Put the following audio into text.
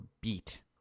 beat